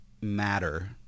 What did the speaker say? matter